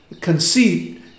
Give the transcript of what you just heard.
conceit